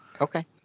Okay